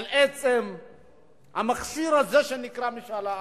על עצם המכשיר הזה שנקרא משאל עם.